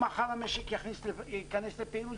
אם מחר המשק ייכנס לפעילות,